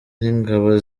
n’ingabo